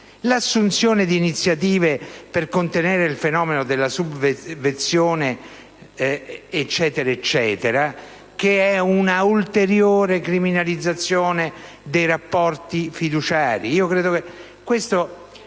l'assunzione «di iniziative per contenere il fenomeno della subvezione», eccetera. Quest'ultima richiesta è un'ulteriore criminalizzazione dei rapporti fiduciari.